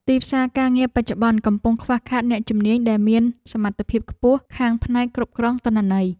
ទីផ្សារការងារបច្ចុប្បន្នកំពុងខ្វះខាតអ្នកជំនាញដែលមានសមត្ថភាពខ្ពស់ខាងផ្នែកគ្រប់គ្រងទិន្នន័យ។